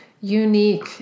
unique